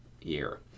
year